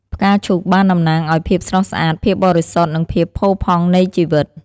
ផ្កាឈូកបានតំណាងឲ្យភាពស្រស់ស្អាត ភាពបរិសុទ្ធ និងភាពផូរផង់នៃជីវិត។